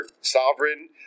sovereign